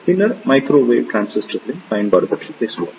பின்னர் மைக்ரோவேவ் டிரான்சிஸ்டர்களின் பயன்பாடு பற்றி பேசுவோம்